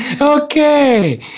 Okay